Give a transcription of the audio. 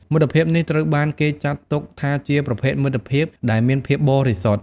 មិត្តភាពនេះត្រូវបានគេចាត់ទុកថាជាប្រភេទមិត្តភាពដែលមានភាពបរិសុទ្ធ។